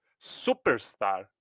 superstar